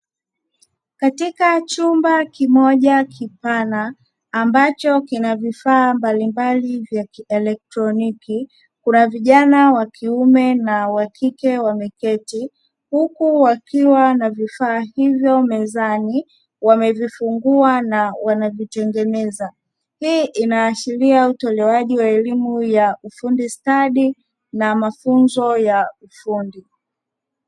Katika chumba kimoja kipana ambacho kina vifaa mbalimbali vya kielektroniki, kuna vijana wa kiume na wa kike wameketi huku wakiwa na vifaa hivyo mezani wamevifungua na wanavitengeneza, hii ina ashiria utolewaji wa elimu ya ufundi stadi na mafunzo ya ufundi.